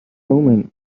omen